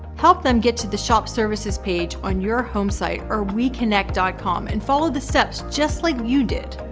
help them get to the shop services page on your home site or wekynect dot com and follow the steps just like you did.